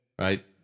Right